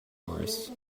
mars